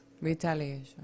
retaliation